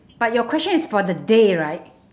but your question is for the day right